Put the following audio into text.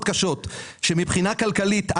ומבחינה כלכלית,